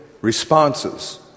responses